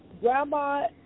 Grandma